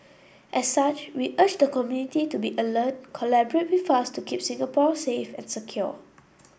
as such we urge the community to be alert collaborate with us to keep Singapore safe and secure